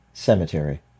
Cemetery